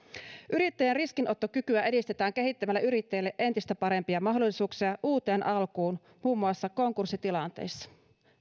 yrittäjän riskinottokykyä edistetään kehittämällä yrittäjille entistä parempia mahdollisuuksia uuteen alkuun muun muassa konkurssitilanteissa